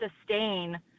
sustain